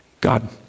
God